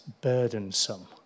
burdensome